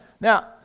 Now